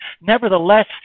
nevertheless